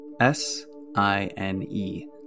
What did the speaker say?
S-I-N-E